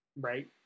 right